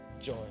joy